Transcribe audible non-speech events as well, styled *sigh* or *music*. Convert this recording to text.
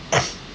*noise*